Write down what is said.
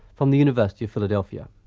from the university of philadelphia.